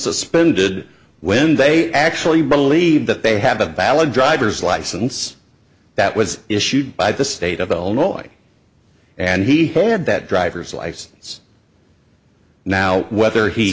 suspended when they actually believe that they have a ballot driver's license that was issued by the state of illinois and he had that driver's license now whether he